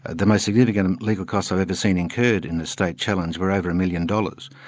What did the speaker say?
the most significant and legal costs i've ever seen incurred in a state challenge were over a million dollars.